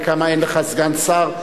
וכמה אין לך סגן שר,